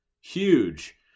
huge